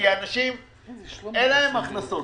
כי לאנשים אין הכנסות,